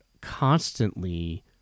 constantly